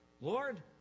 Lord